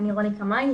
אני רוני קמאי,